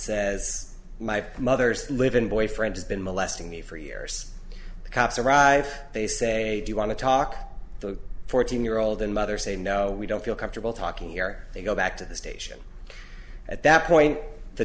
says my mother's live in boyfriend has been molesting me for years the cops arrive they say do you want to talk to a fourteen year old and mother say no we don't feel comfortable talking here they go back to the station at that point the